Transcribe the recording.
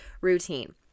routine